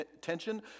tension